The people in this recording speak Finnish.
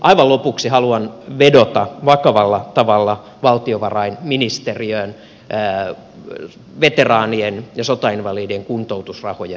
aivan lopuksi haluan vedota vakavalla tavalla valtiovarainministeriöön veteraanien ja sotainvalidien kuntoutusrahojen puolesta